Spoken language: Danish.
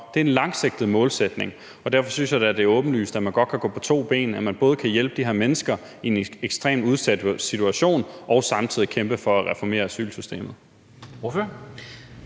Det er en langsigtet målsætning, og derfor synes jeg da, det er åbenlyst, at man godt kan gå på to ben, altså at man både kan hjælpe de her mennesker i en ekstremt udsat situation og samtidig kæmpe for at reformere asylsystemet.